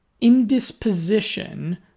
Indisposition